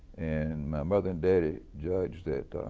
and my mother and daddy judged that